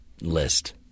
list